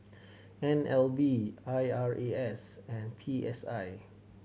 N L B I R A S and P S I